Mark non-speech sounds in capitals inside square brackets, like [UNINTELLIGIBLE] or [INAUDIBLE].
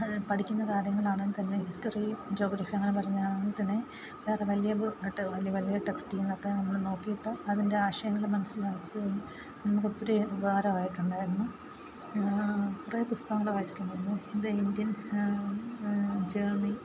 അത് പഠിക്കുന്ന കാര്യങ്ങളാണെങ്കിൽ തെന്നെ ഹിസ്റ്ററി ജോഗ്രഫി അങ്ങനെ പറഞ്ഞ [UNINTELLIGIBLE] വേറെ വലിയ [UNINTELLIGIBLE] വലിയ വലിയ ടെക്സ്റ്റിങ്ങിനൊക്കെ നമ്മൾ നോക്കിയിട്ട് അതിൻ്റെ ആശയങ്ങൾ മനസ്സിലാക്കുകയും നമുക്ക് ഒത്തിരി ഉപകരാമായിട്ടുണ്ടായിരുന്നു കുറേ പുസ്തകങ്ങൾ വായിച്ചിട്ടുണ്ടായിരുന്നു ദ ഇന്ത്യൻ ജേണി